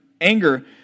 anger